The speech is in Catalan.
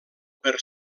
per